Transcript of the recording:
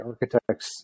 architects